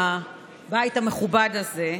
בבית המכובד הזה,